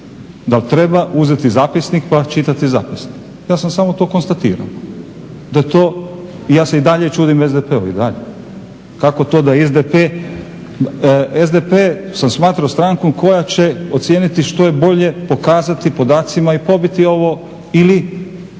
Dal treba uzeti zapisnika pa čitati zapisnik, ja sam samo to konstatirao. Da to, i ja se i dalje čudim SDP-u i dalje, kako to da SDP, SDP sam smatrao strankom koja će ocijeniti što je bolje, pokazati podacima i pobiti ovo ili